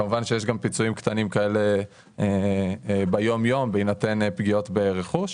כמובן שיש גם פיצויים קטנים כאלה ביום-יום בהינתן פגיעות ברכוש.